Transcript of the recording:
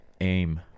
aim